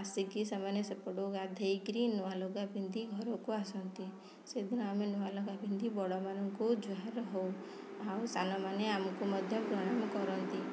ଆସିକି ସେମାନେ ସେପଟୁ ଗାଧେଇକି ନୂଆଲୁଗା ପିନ୍ଧି ଘରକୁ ଆସନ୍ତି ସେଦିନ ଆମେ ନୂଆଲୁଗା ପିନ୍ଧି ବଡ଼ମାନଙ୍କୁ ଜୁହାର ହେଉ ଆଉ ସାନମାନେ ଆମକୁ ମଧ୍ୟ ପ୍ରଣାମ କରନ୍ତି